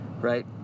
right